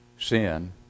Sin